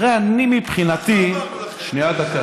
הרי אני, מבחינתי, גם אני מעביר לך.